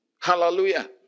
Hallelujah